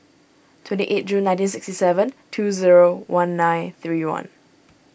twenty eight June nineteen sixty seven two zero one nine three one